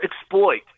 exploit –